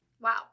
Wow